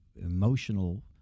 emotional